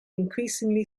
increasingly